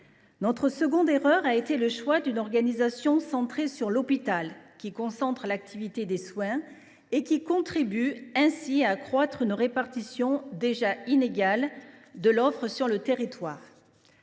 Notre seconde erreur a été le choix d’une organisation centrée sur l’hôpital, qui concentre l’activité des soins et qui contribue ainsi à accroître une répartition déjà inégale de l’offre sur le territoire.